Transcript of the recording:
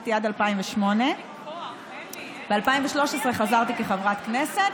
עבדתי עד 2008. ב-2013 חזרתי כחברת כנסת.